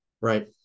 right